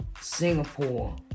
Singapore